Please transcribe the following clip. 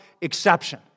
exception